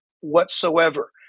whatsoever